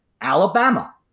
Alabama